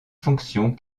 fonctions